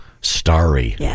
Starry